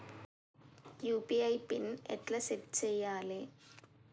UPI pin ఎట్లా set చేయాలే?